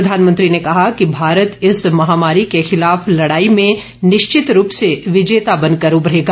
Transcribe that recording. प्रधानमंत्री ने कहा कि भारत इस महामारी के खिलाफ लडाई में निश्चित रूप से विजेता बनकर उभरेगा